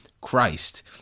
Christ